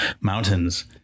mountains